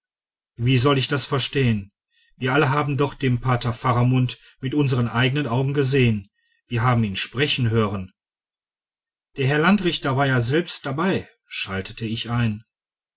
wie soll ich das verstehen wir alle haben doch den pater faramund mit unseren eigenen augen gesehen wir haben ihn sprechen hören der herr landrichter war ja selbst dabei schaltete ich ein